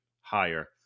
higher